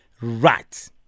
Right